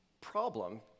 problem